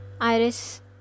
Iris